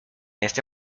este